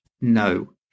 no